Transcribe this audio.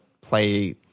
play